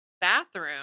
bathroom